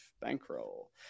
bankroll